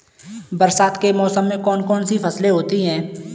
बरसात के मौसम में कौन कौन सी फसलें होती हैं?